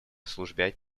службе